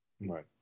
Right